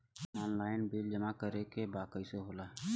Online bill जमा करे के बा कईसे होगा?